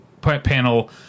panel –